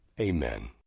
Amen